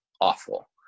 awful